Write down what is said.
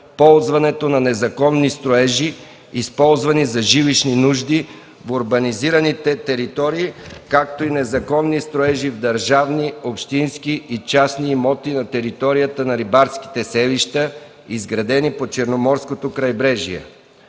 ползването на незаконни строежи, използвани за жилищни нужди в урбанизираните територии, както и незаконни строежи в държавни, общински и частни имоти на териториите на рибарските селища, изградени по Черноморското крайбрежие.